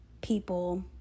people